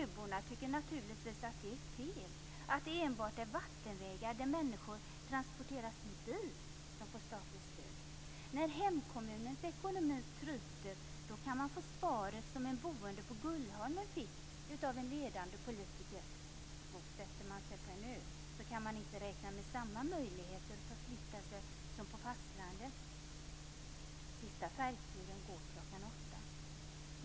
Öborna tycker naturligtvis att det är fel att det enbart är vattenvägar där man transporterar människor med bil som får statligt stöd. När hemkommunens ekonomi tryter kan man få det svar som en boende på Gullholmen fick av en ledande politiker: Bosätter man sig på en ö, kan man inte räkna med samma möjligheter att förflytta sig som på fastlandet. Sista färjeturen går kl. 8.